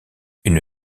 une